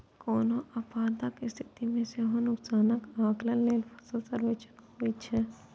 कोनो आपदाक स्थिति मे सेहो नुकसानक आकलन लेल फसल सर्वेक्षण होइत छैक